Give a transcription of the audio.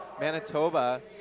Manitoba